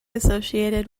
associated